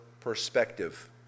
perspective